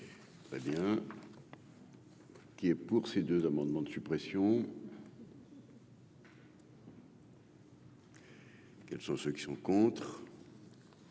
Très bien. Qui est pour ces 2 amendements de suppression. Quels sont ceux qui sont contre.